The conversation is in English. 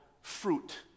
fruit